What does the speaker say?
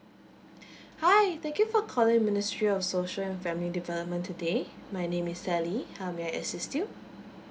hi thank you for calling ministry of social and family development today my name is sally how may I assist you